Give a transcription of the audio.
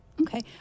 okay